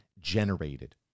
generated